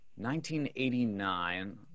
1989